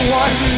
one